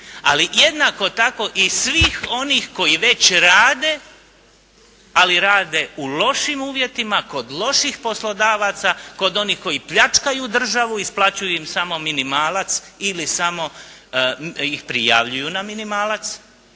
ali jednako tako i svih onih koji već rade, ali rade u lošim uvjetima kod loših poslodavaca, kod onih koji pljačkaju državu, isplaćuju im samo minimalac ili samo ih prijavljuju na minimalac,